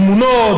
את התמונות,